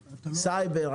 סייבר,